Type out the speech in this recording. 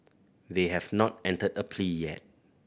they have not entered a plea yet